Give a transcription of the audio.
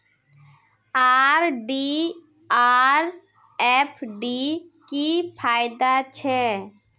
RD or FD की फ़ायदा छे?